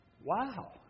Wow